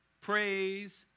praise